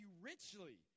richly